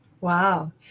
Wow